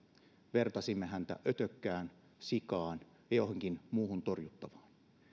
vertasimme häntä ötökkään sikaan ja johonkin muuhun torjuttavaan